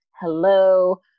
hello